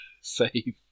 save